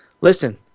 Listen